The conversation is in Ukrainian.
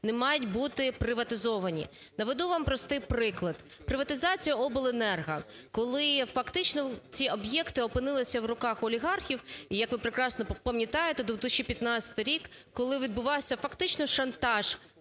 не мають бути приватизовані. Наведу вам простий приклад. Приватизація обленерго. Коли фактично ці об'єкти опинилися в руках олігархів, і, як ви прекрасно пам'ятаєте, 2015 рік, коли відбувався фактично шантаж